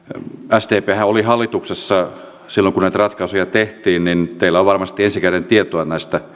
sdphän oli hallituksessa silloin kun näitä ratkaisuja tehtiin niin että teillä on varmasti ensi käden tietoa